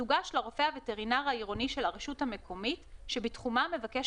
ותוגש לרופא הווטרינר העירוני של הרשות המקומית שבתחומה מבקש